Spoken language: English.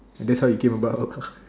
that's how it came about